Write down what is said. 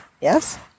Yes